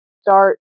start